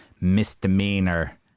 misdemeanor